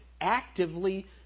actively